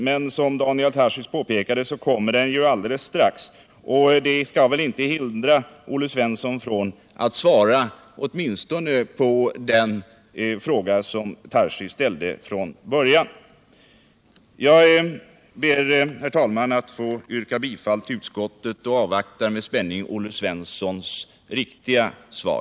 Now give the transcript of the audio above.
Men som Daniel Tarschys påpekade kommer det ärendet alldeles strax, och det skall väl inte hindra Olle Svensson från att åtminstone svara på den fråga Tarschys ställde från början. Jag ber, herr talman, att få yrka bifall till utskottets hemställan och avvaktar med spänning Olle Svenssons riktiga svar.